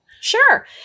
Sure